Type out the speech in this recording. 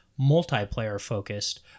multiplayer-focused